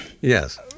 Yes